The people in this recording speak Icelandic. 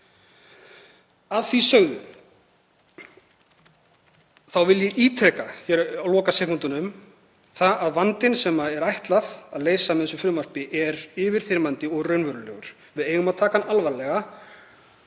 Að því sögðu vil ég ítreka á lokasekúndunum að vandinn sem á að leysa með þessu frumvarpi er yfirþyrmandi og raunverulegur. Við eigum að taka hann alvarlega